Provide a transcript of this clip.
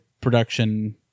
production